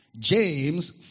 James